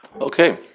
Okay